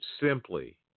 simply